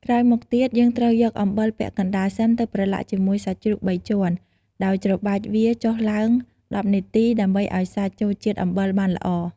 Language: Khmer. ក្រោយមកទៀត យើងត្រូវយកអំបិលពាក់កណ្ដាលសិនទៅប្រឡាក់ជាមួយសាច់ជ្រូកបីជាន់ ដោយច្របាច់វាចុះឡើង១០នាទី ដើម្បីឱ្យសាច់ចូលជាតិអំបិលបានល្អ។